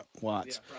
Watts